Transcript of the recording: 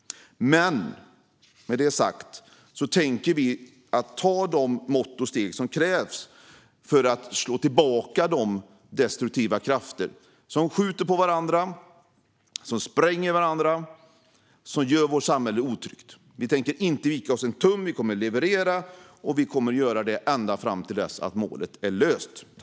Med det sagt tänker vi ta de mått och steg som krävs för att slå tillbaka de destruktiva krafter som skjuter på varandra, spränger varandra och gör vårt samhälle otryggt. Vi tänker inte vika oss en tum. Vi kommer att leverera, och vi kommer att göra det ända fram till dess att målet är nått.